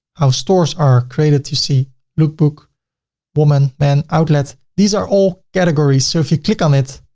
how stores are created, you see look book, women, men outlet these are all categories. so if you click on it,